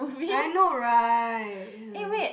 I know right